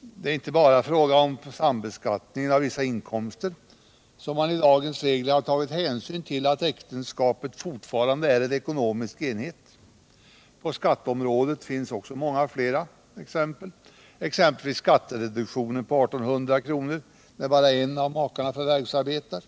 Det är inte bara i fråga om sambeskattning av vissa inkomster som man i dagens regler har tagit hänsyn till att äktenskapet fortfarande är en ekonomisk enhet. På skatteområdet finns också många fler exempel. Det blir en skattereduktion på 1800 kr. när bara en av makarna förvärvsarbetar.